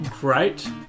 great